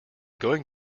going